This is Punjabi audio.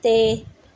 ਤੇ